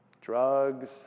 Drugs